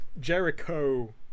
Jericho